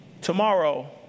Tomorrow